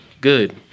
good